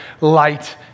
light